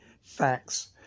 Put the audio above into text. Facts